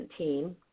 2017